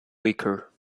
weaker